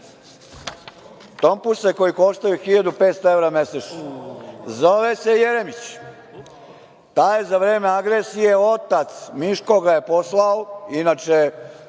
tompuse koji koštaju 1.500 evra mesečno. Zove se Jeremić. Taj je za vreme agresije otac, Miško ga je poslao, inače